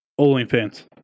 OnlyFans